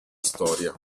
storia